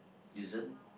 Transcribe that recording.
isn't